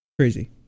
Crazy